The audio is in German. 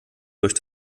durch